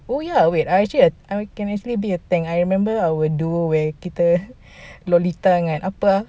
oh ya wait I actually I can actually be a tank I remember I would do when kita lolita dengan apa ah